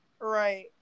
Right